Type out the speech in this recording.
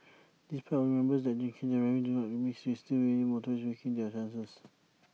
despite our reminders that drinking and driving do not mix we still see many motorists taking their chances